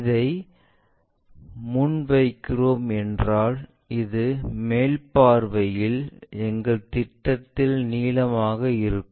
இதை முன்வைக்கிறோம் என்றால் இது மேல் பார்வையில் எங்கள் திட்டத்தின் நீளமாக இருக்கும்